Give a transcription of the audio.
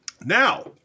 Now